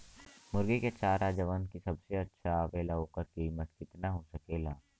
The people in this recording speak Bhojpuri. मुर्गी के चारा जवन की सबसे अच्छा आवेला ओकर कीमत केतना हो सकेला?